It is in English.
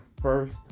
first